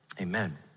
amen